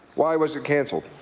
why was it cancelled?